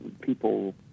people